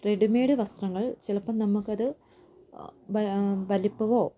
ready-made വസ്ത്രങ്ങൾ ചിലപ്പോൾ നമുക്കത് വ വലിപ്പമോ